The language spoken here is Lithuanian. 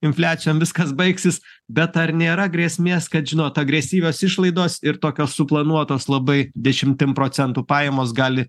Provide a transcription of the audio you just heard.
infliacijom viskas baigsis bet ar nėra grėsmės kad žinot agresyvios išlaidos ir tokios suplanuotos labai dešimtim procentų pajamos gali